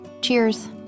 Cheers